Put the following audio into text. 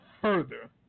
further